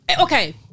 okay